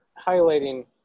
highlighting